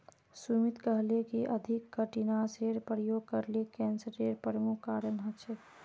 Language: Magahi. सुमित कहले कि अधिक कीटनाशेर प्रयोग करले कैंसरेर प्रमुख कारण हछेक